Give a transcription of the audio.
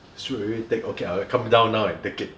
straight away take okay I'll come down now and take it